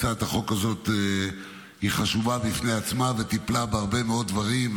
הצעת החוק הזאת היא חשובה בפני עצמה וטיפלה בהרבה מאוד דברים.